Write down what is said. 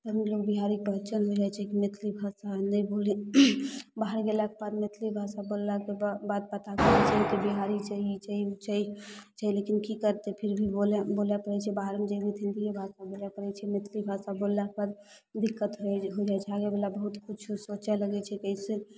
लोक बिहारी कल्चर बुझै छै कि मैथिली भाषा नहि भूली बाहर गेलाके बाद मैथिली भाषा बोललाके बाद पता चलै छै कि बिहारी छै नहि छै ई छै ओ छै लेकिन कि करतै फिर भी बोलैमे बोलै पड़ै छै बाहरमे जेबहो तऽ हिन्दिए भाषामे बोलै पड़ै छै मैथिली भाषा बोललापर दिक्कत हो जाइ छै आगेवला बहुत किछु सोचै लागै छै कइसे